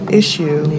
issue